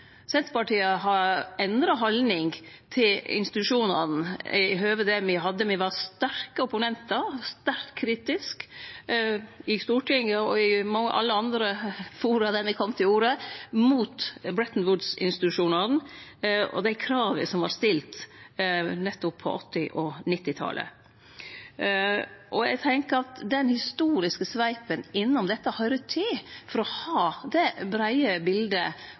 Senterpartiet har endra haldning til institusjonane i høve til då me var opponentar og sterkt kritiske i Stortinget og i alle andre forum der me kom til orde, mot Bretton Woods-institusjonane og dei krava som vart stilte nettopp på 1980- og 1990-talet. Eg tenkjer at den historiske sveipen innom dette høyrer med for å ha det breie